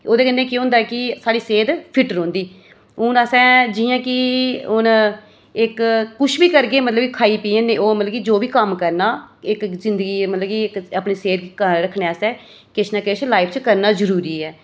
ओह्दे कन्नै केह् होंदा कि साढ़ी सेह्त फिट रौंह्दी हून असें जि'यां कि हून इक किश बी करगे मतलब कि खाई पीह्यै ओह् मतलब कि जो बी कम्म करना इक जिंदगी मतलब कि अपनी सेह्त दा रक्खने आस्तै किश न किश लाइफ च जरूरी ऐ